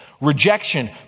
Rejection